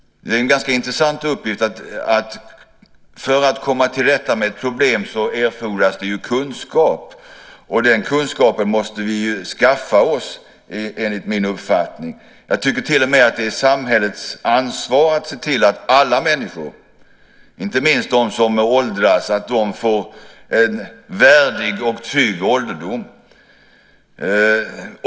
Det är en ganska intressant uppgift. För att komma till rätta med ett problem erfordras ju kunskap. Den kunskapen måste vi, enligt min uppfattning, skaffa oss. Jag tycker till och med att det är samhällets ansvar att se till att alla människor, inte minst de som åldras, får en värdig och trygg ålderdom.